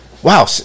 Wow